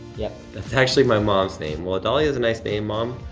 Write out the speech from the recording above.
yup. that's actually my mom's name. well, adalia is a nice name, mom.